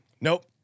Nope